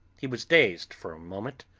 he was dazed for a moment,